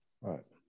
right